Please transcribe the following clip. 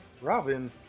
Robin